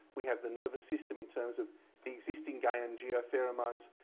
we have the nervous system in terms of the existing gaian geopheromones,